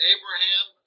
Abraham